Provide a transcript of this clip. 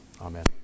Amen